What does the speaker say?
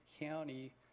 county